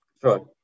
Sure